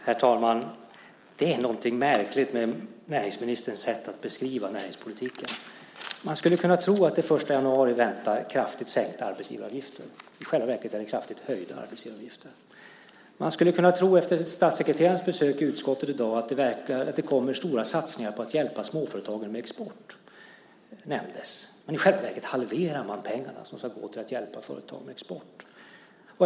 Herr talman! Det är någonting märkligt med näringsministerns sätt att beskriva näringspolitiken. Man skulle kunna tro att det den 1 januari väntar kraftigt sänkta arbetsgivaravgifter. I själva verket är det kraftigt höjda arbetsgivaravgifter. Efter statssekreterarens besök i utskottet i dag skulle man kunna tro att det kommer stora satsningar på att hjälpa småföretagen med export. I själva verket halverar man de pengar som ska gå till att hjälpa företag med export.